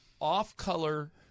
off-color